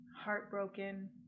heartbroken